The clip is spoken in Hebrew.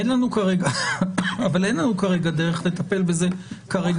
אבל אין לנו כרגע דרך לטפל בזה בוועדה.